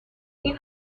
این